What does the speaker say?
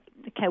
okay